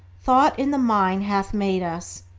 thought in the mind hath made us,